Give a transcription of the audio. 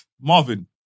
Marvin